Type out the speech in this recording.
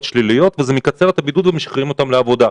שליליות וזה מקצר את הבידוד ומשחררים אותם לעבודה.